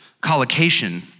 collocation